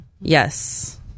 Yes